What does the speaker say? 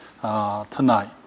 tonight